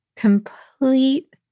complete